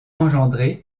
engendrer